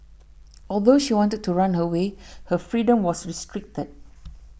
although she wanted to run away her freedom was restricted